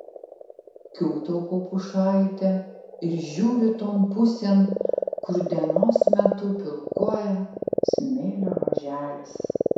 kiūtau po pušaite ir žiūriu ton pusėn kur dienos metu pilkuoja smėlio ruoželis